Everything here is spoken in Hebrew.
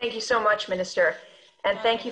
אנחנו רוצים להציג את העובדות בצורה גאה וברורה,